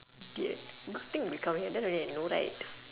idiot good thing we come here then only I know right